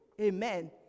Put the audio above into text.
Amen